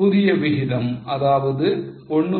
புதிய விகிதம் அதாவது 1